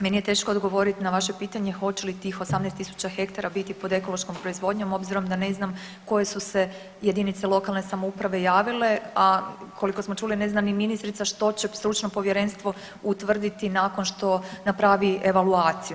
Meni je teško odgovoriti na vaše pitanje hoće li tih 18.000 hektara biti pod ekološkom proizvodnjom obzirom da ne znam koje su se jedinice lokalne samouprave javile, a koliko smo čuli ne zna ni ministrica što će stručno povjerenstvo utvrditi nakon što napravi evaluaciju.